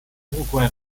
uruguay